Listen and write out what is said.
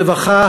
רווחה,